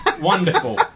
wonderful